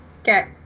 Okay